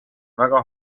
väga